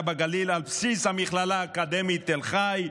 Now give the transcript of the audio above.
בגליל על בסיס המכללה האקדמית תל חי,